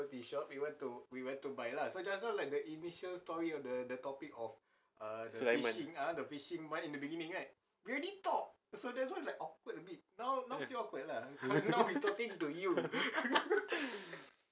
sulaiman